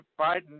Biden